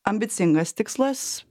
ambicingas tikslas